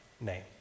name